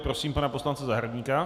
Prosím pana poslance Zahradníka.